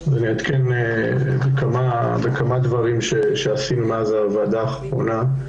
אני אעדכן בכמה דברים שעשינו מאז הוועדה האחרונה.